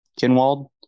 Kinwald